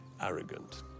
arrogant